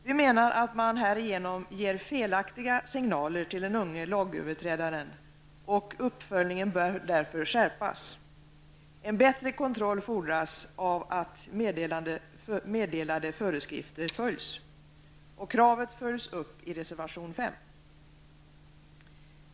Vi menar att man härigenom ger felaktiga signaler till den unge lagöverträdaren. Uppföljningen bör därför skärpas. En bättre kontroll fordras av att meddelade föreskrifter följs. Kravet framförs i reservation 5.